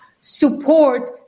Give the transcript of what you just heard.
support